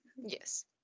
Yes